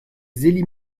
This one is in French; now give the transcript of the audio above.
zélie